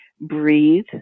Breathe